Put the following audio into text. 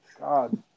God